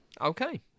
Okay